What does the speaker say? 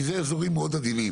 כי זה איזורים מאוד עדינים.